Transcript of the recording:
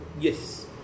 yes